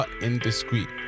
indiscreet